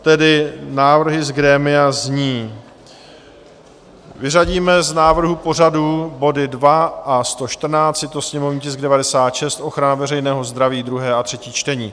Tedy návrhy z grémia zní: Vyřadíme z návrhu pořadu body 2 a 114, je to sněmovní tisk 96, ochrana veřejného zdraví, druhé a třetí čtení.